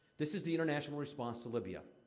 this is the international response to libya.